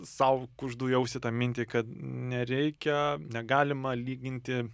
sau kuždu į ausį tą mintį kad nereikia negalima lyginti